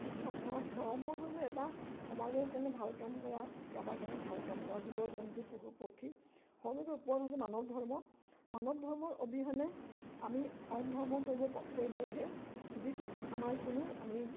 বিশ্বাস ধৰ্ম ধৰ্ম হৈছে এটা সমাজৰ কাৰণে ভাল কাম কৰা কাৰবাৰ কাৰণে ভাল কাম কৰা জীৱ জন্তু পশু পক্ষী সকলোকে ওপৰত হৈছে মানৱ ধৰ্ম মানৱ ধৰ্মৰ অবিহনে আমি অন্য ধৰ্ম কৰিব লাগে যিটোত আমাৰ কোনো আমি